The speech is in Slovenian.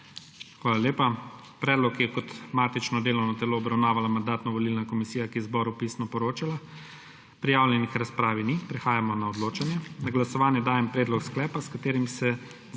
Hvala lepa. Predlog je kot matično delovno telo obravnavala Mandatno-volilna komisija, ki je zboru pisno poročala. Prijavljenih k razpravi ni. Prehajamo na odločanje. Na glasovanje dajem predlog sklepa, s katerim se